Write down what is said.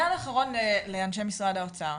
אני רוצה לומר משהו לאנשי משרד האוצר.